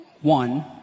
one